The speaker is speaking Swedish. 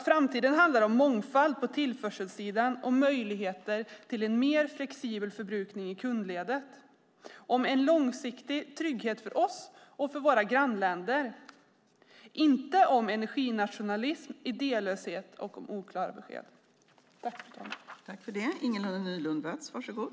Framtiden handlar om mångfald på tillförselsidan och möjligheter till en mer flexibel förbrukning i kundledet och om en långsiktig trygghet för oss och våra grannländer, inte om energinationalism, idélöshet och oklara besked.